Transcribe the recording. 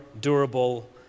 durable